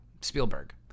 Spielberg